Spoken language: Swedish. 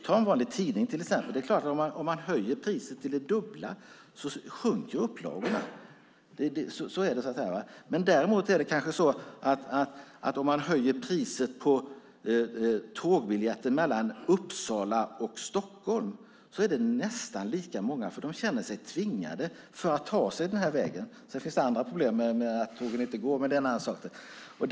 Ta en vanlig tidning, till exempel! Det är klart att om man höjer priset till det dubbla sjunker upplagorna. Däremot är det kanske så att om man höjer priset på tågbiljetten mellan Uppsala och Stockholm är det nästan lika många som åker i alla fall, för de känner sig tvingade att åka tåg för att kunna ta sig fram den vägen. Sedan finns det andra problem med att tågen inte går, men det är en annan sak.